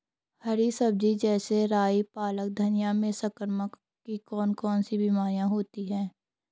हरी सब्जी जैसे राई पालक धनिया में संक्रमण की कौन कौन सी बीमारियां होती हैं?